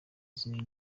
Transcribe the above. izina